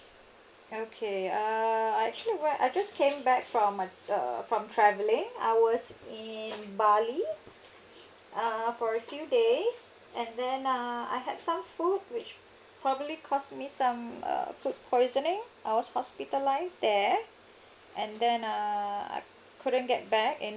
okay uh I actually I just came back from ma~ uh from travelling I was in bali uh for a few days and then uh I had some food which probably cause me some food poisoning I was hospitalized there and then uh I couldn't get back in